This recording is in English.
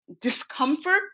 discomfort